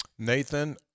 Nathan